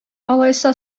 алайса